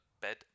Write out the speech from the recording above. bed